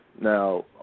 Now